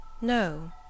No